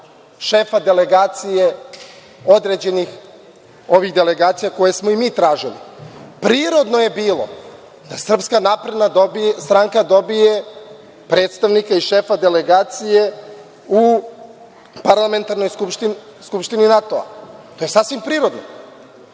šefa delegacije određenih ovih delegacija koje smo i mi tražili. Prirodno je bilo da SNS dobije predstavnika i šefa delegacije u Parlamentarnoj skupštini NATO-a, to je sasvim prirodno,